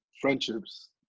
friendships